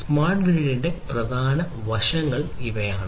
smart ഗ്രിഡിന്റെ പ്രധാന വശങ്ങൾ ഇവയാണ്